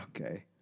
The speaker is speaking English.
Okay